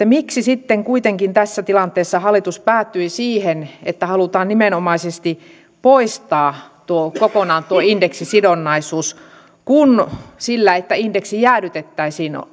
miksi sitten kuitenkin tässä tilanteessa hallitus päätyi siihen että halutaan nimenomaisesti poistaa kokonaan tuo indeksisidonnaisuus kun sillä että indeksi jäädytettäisiin